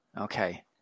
okay